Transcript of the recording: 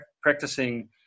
practicing